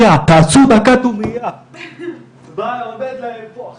אני יודעת איפה אנחנו